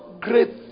great